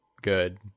Good